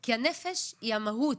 כי הנפש היא המהות.